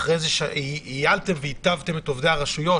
אחרי שייעלתם וטייבתם את עובדי הרשויות,